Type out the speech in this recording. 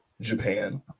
Japan